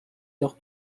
leur